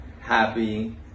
happy